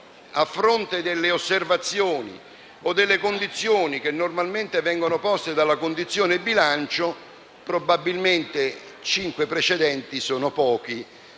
a fronte delle osservazioni e delle condizioni che normalmente vengono poste dalla Commissione bilancio, probabilmente cinque precedenti sono pochi